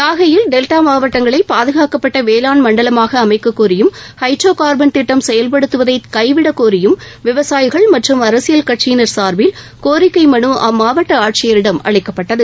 நாகையில் டெல்டா மாவட்டங்களை பாதுகாக்கப்பட்ட வேளாண் மண்டலமாக அமைக்க கோரியும் ஹைட்ரோ கார்பன் திட்டம் செயல்படுத்துவதை கைவிடக்கோரியும் விவசாயிகள் மற்றும் அரசியல் கட்சியினர் சார்பில் கோரிக்கை மனு அம்மாவட்ட ஆட்சியரிடம் அளிக்கப்பட்டது